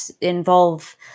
involve